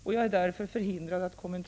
Om exporten av rönt